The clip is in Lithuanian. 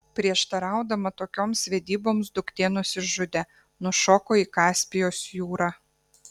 prieštaraudama tokioms vedyboms duktė nusižudė nušoko į kaspijos jūrą